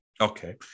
Okay